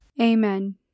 Amen